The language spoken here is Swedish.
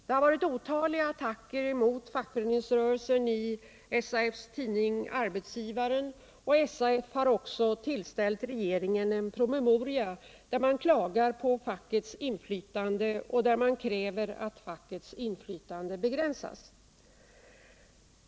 Det har varit otaliga attacker mot fackföreningsrörelsen i SAF:s tidning Arbetsgivaren, och SAF har också tillställt regeringen en promemoria där man klagar på fackets inflytande och där man kräver att fackets inflytande begränsas.